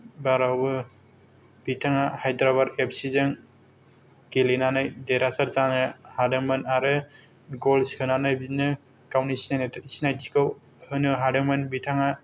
बारावबो बिथाङा Hyderabad F C जों गेलेनानै देरहासार जानो हादोंमोन आरो गल सोनानै बिदिनो गावनि सिनायनाय सिनायथिखौ होनो हादोंमोन बिथाङा